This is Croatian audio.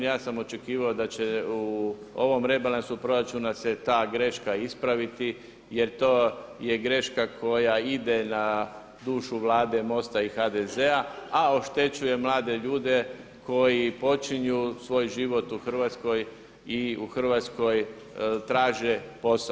Ja sam očekivao da će se u ovom rebalansu proračuna se ta greška ispraviti jer to je greška koja ide na dušu Vlade, MOST-a i HDZ-a a oštećuje mlade ljudi koji počinju svoj život u Hrvatskoj i u Hrvatskoj traže posao.